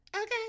okay